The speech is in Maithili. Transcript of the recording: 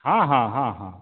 हँ हँ हँ हँ